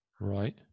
Right